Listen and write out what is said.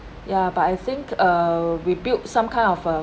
ya but I think uh we build some kind of uh